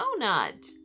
donut